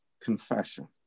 confession